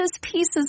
pieces